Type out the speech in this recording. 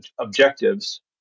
objectives